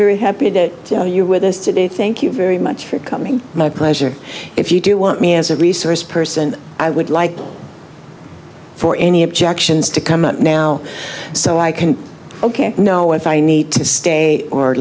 very happy to have you with us today thank you very much for coming my pleasure if you do want me as a resource person i would like for any objections to come out now so i can ok you know if i need to stay or